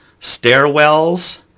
stairwells